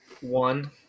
one